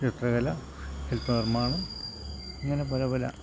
ചിത്രകല ശില്പനിർമ്മാണം അങ്ങനെ പലപല